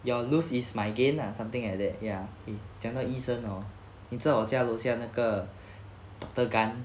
your lose is my gain lah something like that ya 讲到医生 hor 你知道我家楼下那个 doctor gan